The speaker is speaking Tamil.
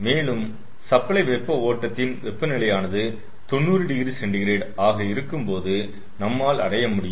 மேலும் சப்ளை வெப்ப ஓட்டத்தின் வெப்பநிலையானது 90oC ஆக இருக்கும்போது நம்மால் அடைய முடியும்